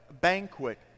banquet